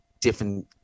different